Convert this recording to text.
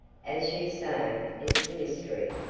as you say, it's a mystery!